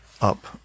up